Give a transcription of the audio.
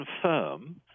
confirm